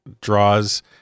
draws